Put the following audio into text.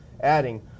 adding